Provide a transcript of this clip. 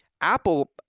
Apple